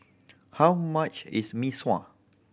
how much is Mee Sua